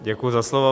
Děkuji za slovo.